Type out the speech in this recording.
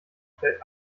stellt